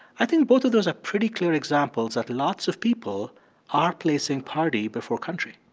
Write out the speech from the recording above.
i think both of those are pretty clear examples that lots of people are placing party before country